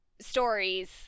stories